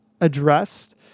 addressed